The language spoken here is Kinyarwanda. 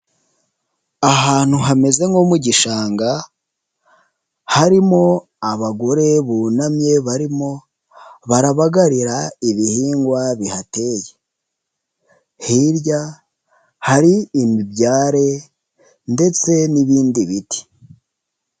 Ahantu hameze nko mu gishanga harimo abagore bunamye barimo barabagarira ibihingwa bihateye, hirya hari imibyare ndetse n'ibindi biti.